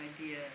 idea